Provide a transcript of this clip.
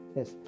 Yes